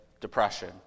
depression